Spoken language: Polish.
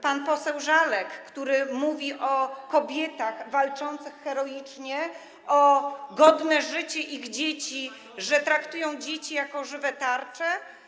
Pan poseł Żalek, który mówi o kobietach walczących heroicznie o godne życie ich dzieci, że traktują dzieci jako żywe tarcze.